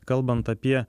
kalbant apie